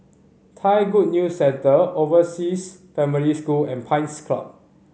Thai Good News Centre Overseas Family School and Pines Club